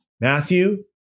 Matthew